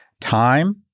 time